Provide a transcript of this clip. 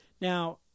Now